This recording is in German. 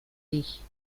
ich